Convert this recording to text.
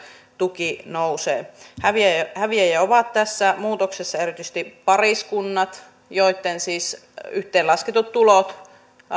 tuki nousee häviäjiä ovat tässä muutoksessa erityisesti pariskunnat joitten yhteenlasketut tulot